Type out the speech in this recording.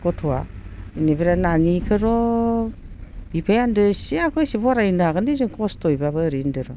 गथ'आ बेनिफ्राय नानिखौर' बिफाया होनदों जेसे हागौ इसे फरायनो हागोन दे जों खस्थ'यैबाबो ओरै होनदोंर'